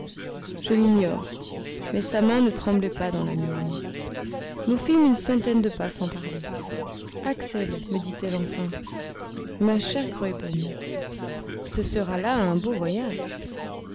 je l'ignore mais sa main ne tremblait pas dans la mienne nous fîmes une centaine de pas sans parler axel me dit-elle enfin ma chère graüben ce sera là un beau voyage